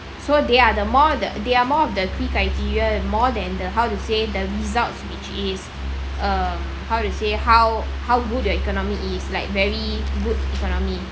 so they are the more that they are more of the key criteria more than the how to say the results which is um how to say how how good the economy is like very good economy